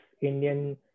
Indian